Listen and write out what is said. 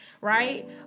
Right